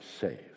saved